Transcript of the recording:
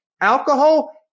alcohol